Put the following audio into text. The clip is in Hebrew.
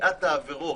בקביעת העבירות.